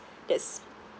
that's